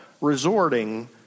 resorting